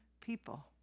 people